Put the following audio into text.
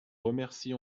remercie